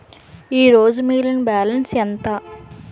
ఈరోజు మిగిలిన బ్యాలెన్స్ ఎంత?